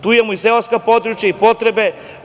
Tu imamo i seoska područja i potrebe.